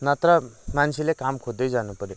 नत्र मान्छेले काम खोज्दै जानु पऱ्यो